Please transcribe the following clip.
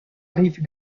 rive